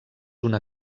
una